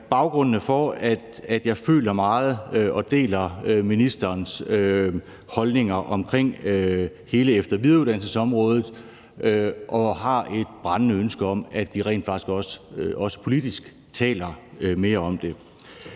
baggrundene for, at jeg i høj grad deler ministerens holdninger til hele efter- og videreuddannelsesområdet og har et brændende ønske om, at vi rent faktisk også, også politisk, taler mere om det.